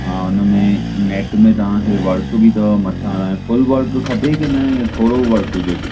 हा हुनमें नेट में तव्हांखे वर्क बि अथव मथां फुल वर्क खपे की न हीअं थोरो वर्क हुजे